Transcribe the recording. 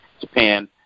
Japan